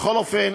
בכל אופן,